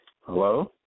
Hello